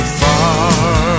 far